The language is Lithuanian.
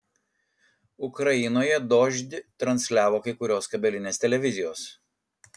ukrainoje dožd transliavo kai kurios kabelinės televizijos